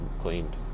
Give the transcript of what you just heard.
cleaned